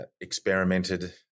experimented